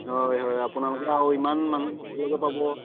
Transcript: অঁ হয় হয় আপোনাৰ আৰু ইমান মানুহ